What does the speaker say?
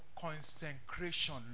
consecration